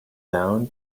down